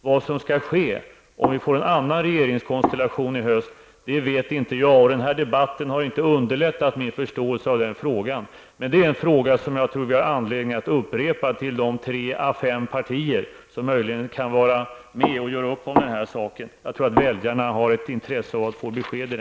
Vad som skall ske om det blir en annan regeringskonstellation i höst vet jag inte, och den här debatten har inte underlättat min förståelse. Men jag tror att det finns anledning att på nytt fråga de tre till fem partier som möjligen kan vara med och göra upp om den här saken. Jag tror att väljarna har intresse av ett besked.